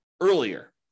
earlier